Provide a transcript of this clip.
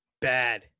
Bad